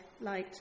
light